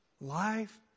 life